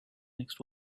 next